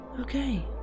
Okay